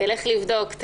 תלך לבדוק.